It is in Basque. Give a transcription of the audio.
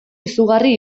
izugarri